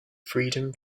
freedom